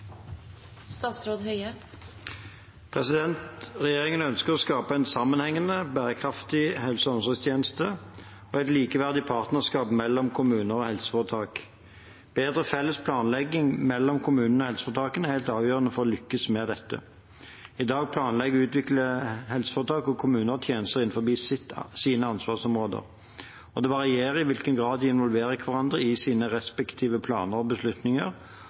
Regjeringen ønsker å skape en sammenhengende og bærekraftig helse- og omsorgstjeneste og et likeverdig partnerskap mellom kommuner og helseforetak. Bedre felles planlegging mellom kommunene og helseforetakene er helt avgjørende for å lykkes med dette. I dag planlegger og utvikler helseforetak og kommuner tjenester innenfor sine ansvarsområder. Det varierer i hvilken grad de involverer hverandre i sine respektive planer og beslutninger,